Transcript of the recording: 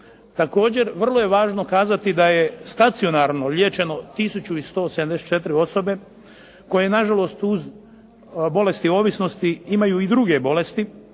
Također, vrlo je važno kazati da je stacionarno liječeno 1174 osobe koje na žalost uz bolesti ovisnosti imaju i druge bolesti